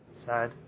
sad